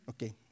Okay